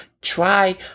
try